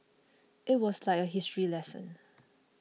it was like a history lesson